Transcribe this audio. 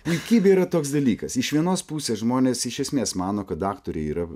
puikybė yra toks dalykas iš vienos pusės žmonės iš esmės mano kad aktoriai yra